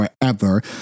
forever